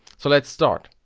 so let's start.